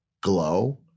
glow